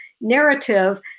narrative